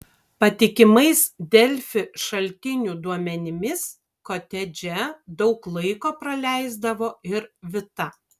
patikimais delfi šaltinių duomenimis kotedže daug laiko praleisdavo ir vita